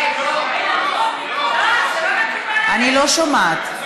אני לא שומעת.